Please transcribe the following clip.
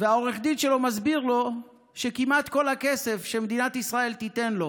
והעורך-דין שלו מסביר לו שכמעט כל הכסף שמדינת ישראל תיתן לו